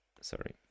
sorry